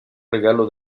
regalo